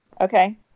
okay